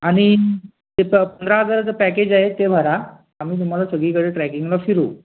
आणि पंधरा हजाराचं पॅकेज आहे ते भरा आम्ही तुम्हाला सगळीकडे ट्रॅकिंगला फिरवू